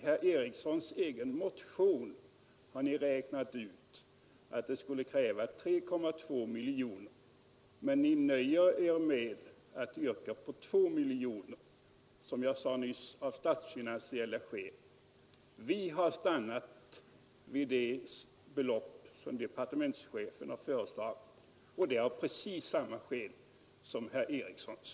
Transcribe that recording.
I herr Erikssons egen motion har ni räknat ut att förslaget skulle kräva 3,2 miljoner, men ni nöjer er med att yrka på 2 miljoner, av statsfinansiella skäl. Vi har stannat vid det belopp som departementschefen föreslagit, och det av precis samma skäl.